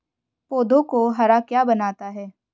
पौधों को हरा क्या बनाता है?